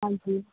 ਹਾਂਜੀ